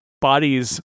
bodies